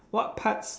what parts